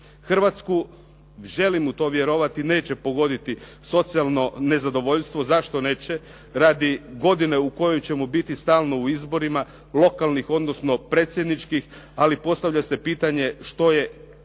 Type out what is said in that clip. Hrvatsku želim u to vjerovati, neće pogoditi socijalno nezadovoljstvo. Zašto neće? Radi godine u kojoj ćemo biti stalno u izborima, lokalnih odnosno predsjedničkih, ali postavlja se pitanje, što je nakon